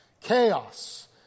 chaos